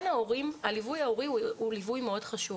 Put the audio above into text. הליווי ההורי הוא ליווי מאוד חשוב.